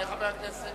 חברת הכנסת